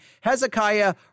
Hezekiah